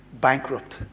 bankrupt